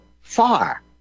far